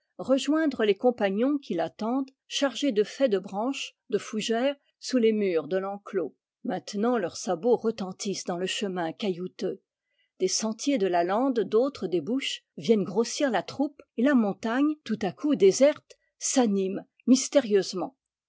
rejoindre l s compagnons qui l'attendent chargés de faix de branches de fougères sous les murs de l'enclos maintenant leurs sabots retentissent dans le chemin caillouteux des sentiers de la lande d'autres débouchent viennent grossir la troupe et la montagne tout à l'heure déserte s'anime mystérieusement